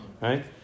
Right